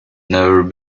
never